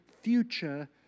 future